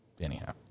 anyhow